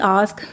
ask